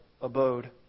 abode